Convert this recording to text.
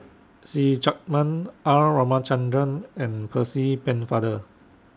See Chak Mun R Ramachandran and Percy Pennefather